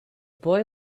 boy